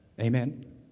Amen